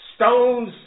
Stones